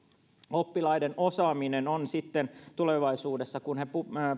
oppilaiden osaaminen on sitten tulevaisuudessa kun he